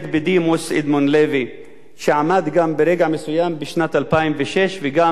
שעמד גם ברגע מסוים בשנת 2006 וגם בשנת 2011